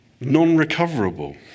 non-recoverable